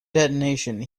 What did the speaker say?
detonation